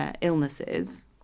illnesses